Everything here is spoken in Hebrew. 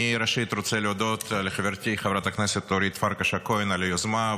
אני ראשית רוצה להודות לחברתי חברת הכנסת אורית פרקש הכהן על היוזמה,